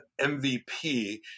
MVP